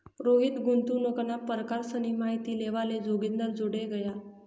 रोहित गुंतवणूकना परकारसनी माहिती लेवाले जोगिंदरजोडे गया